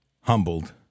humbled